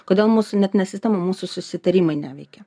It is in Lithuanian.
kodėl mūsų net ne sistema mūsų susitarimai neveikia